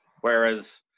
Whereas